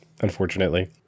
Unfortunately